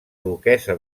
duquessa